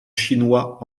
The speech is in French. chinois